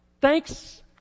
Thanks